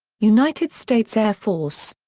united states air force.